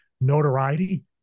notoriety